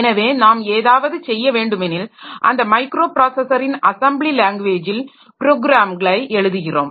எனவே நாம் ஏதாவது செய்ய வேண்டுமெனில் அந்த மைக்ரோ ப்ராஸஸரின் அஸெம்ப்ளி லேங்குவேஜில் ப்ரோக்ராம்களை எழுதுகிறோம்